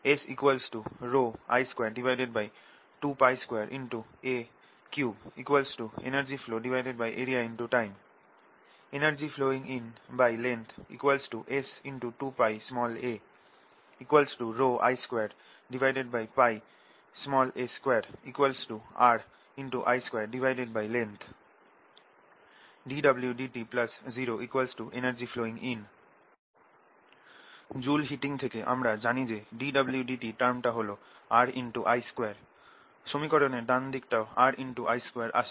S I222a3 Energy flowarea×time energy flowing inlength S2πa I2a2 RI2length dwdt 0energy flowing in Joule heating থেকে আমরা জানি যে dwdt টার্মটা হল RI2 সমীকরণের ডান দিকটাও RI2 আসছে